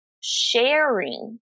sharing